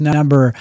number